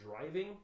driving